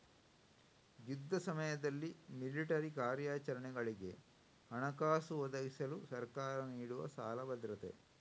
ಯುದ್ಧ ಸಮಯದಲ್ಲಿ ಮಿಲಿಟರಿ ಕಾರ್ಯಾಚರಣೆಗಳಿಗೆ ಹಣಕಾಸು ಒದಗಿಸಲು ಸರ್ಕಾರ ನೀಡುವ ಸಾಲ ಭದ್ರತೆ